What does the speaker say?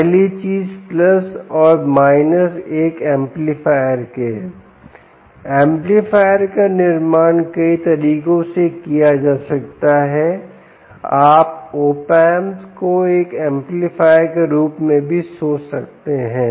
पहली चीज़ प्लस और माइनस एक एम्पलीफायर के एम्पलीफायर का निर्माण कई तरीकों से किया जा सकता है आप ऑप एम्प को एक एम्पलीफायर के रूप में भी सोच सकते हैं